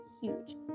huge